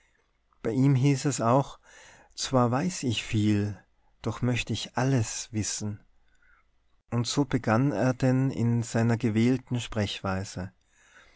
bei ihm hieß es auch zwar weiß ich viel doch möcht ich alles wissen und so begann er denn in seiner gewählten sprechweise